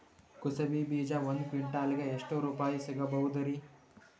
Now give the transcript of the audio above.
ಕುಸಬಿ ಬೀಜ ಒಂದ್ ಕ್ವಿಂಟಾಲ್ ಗೆ ಎಷ್ಟುರುಪಾಯಿ ಸಿಗಬಹುದುರೀ?